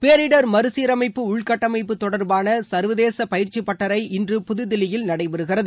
பேரிடர் மறுசீரமைப்பு உள்கட்டமைப்பு தொடர்பாள ச சர்வதேச பயிற்சி பட்டறை இன்று புதுதுல்லியில் நடைபெறுகிறது